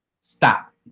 Stop